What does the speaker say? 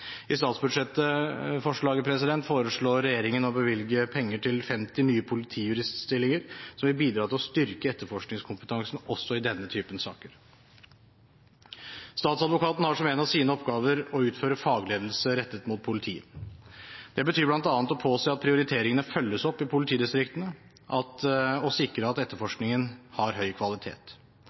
I forslaget til statsbudsjett foreslår regjeringen å bevilge penger til 50 nye politijuriststillinger som vil bidra til å styrke etterforskningskompetansen også i denne typen saker. Statsadvokaten har som en av sine oppgaver å utføre fagledelse rettet mot politiet. Det betyr bl.a. å påse at prioriteringene følges opp i politidistriktene, og å sikre at etterforskningen har høy kvalitet.